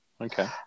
Okay